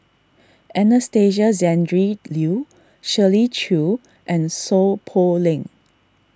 Anastasia Tjendri Liew Shirley Chew and Seow Poh Leng